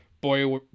boy